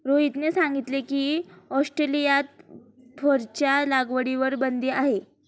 रोहितने सांगितले की, ऑस्ट्रेलियात फरच्या लागवडीवर बंदी आहे